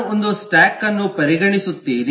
ನಾನು ಒಂದು ಸ್ಟಾಕ್ ಅನ್ನು ಪರಿಗಣಿಸುತ್ತೇನೆ